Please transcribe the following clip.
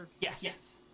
Yes